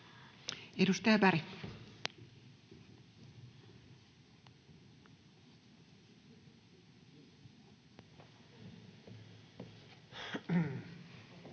Edustaja Berg.